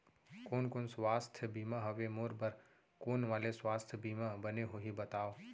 कोन कोन स्वास्थ्य बीमा हवे, मोर बर कोन वाले स्वास्थ बीमा बने होही बताव?